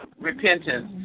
repentance